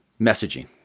messaging